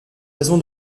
raison